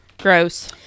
Gross